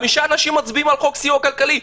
חמישה אנשים מצביעים על החוק לסיוע כלכלי,